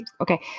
Okay